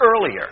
earlier